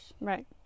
Right